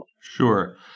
Sure